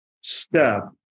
step